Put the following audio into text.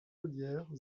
ollières